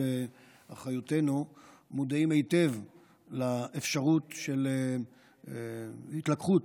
אחריותנו מודעים היטב לאפשרות של התלקחות